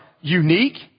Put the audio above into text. unique